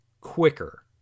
quicker